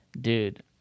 Dude